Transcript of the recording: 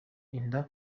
inda